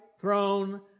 throne